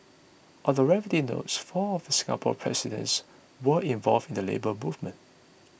on the related note four of Singapore's presidents were involved in the Labour Movement